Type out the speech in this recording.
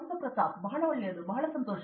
ಪ್ರತಾಪ್ ಹರಿದಾಸ್ ಬಹಳ ಒಳ್ಳೆಯದು ಬಹಳ ಸಂತೋಷ